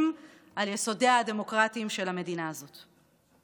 על יסודותיה הדמוקרטיים של המדינה הזאת.